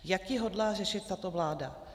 Jak ji hodlá řešit tato vláda?